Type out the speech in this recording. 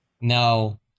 no